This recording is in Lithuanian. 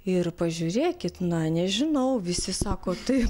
ir pažiūrėkit na nežinau visi sako tai